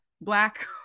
Black